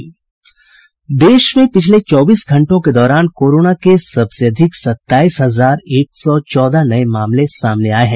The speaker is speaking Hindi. देश में पिछले चौबीस घंटों के दौरान कोरोना के सबसे अधिक सत्ताईस हजार एक सौ चौदह नए मामले सामने आए हैं